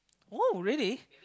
oh really